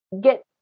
get